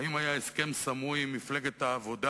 האם היה הסכם סמוי עם מפלגת העבודה